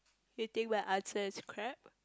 you think my answer is crap